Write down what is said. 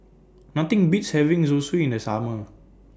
Nothing Beats having Zosui in The Summer